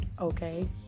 Okay